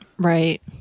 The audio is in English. Right